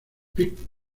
pictures